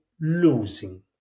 losing